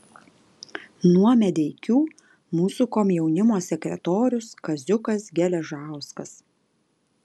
nuo medeikių mūsų komjaunimo sekretorius kaziukas geležauskas